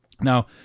now